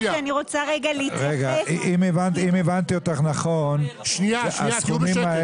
--- אם הבנתי אותך נכון --- תהיו בשקט.